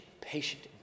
patient